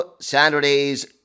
Saturday's